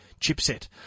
chipset